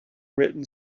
written